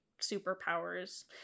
superpowers